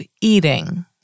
eating